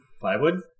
plywood